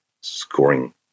scoring